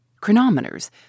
chronometers